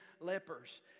lepers